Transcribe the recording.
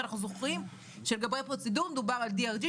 ואנחנו זוכרים שלגבי הפרוצדורה מדובר על DRG,